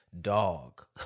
dog